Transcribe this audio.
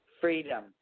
freedom